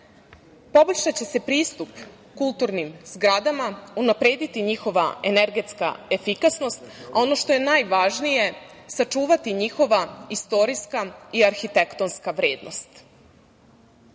ustanove. Poboljšaće se pristup kulturnim zgradama, unaprediti njihova energetska efikasnost, a ono što je najvažnije, sačuvati njihova istorijska i arhitektonska